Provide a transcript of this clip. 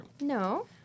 No